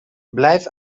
blijf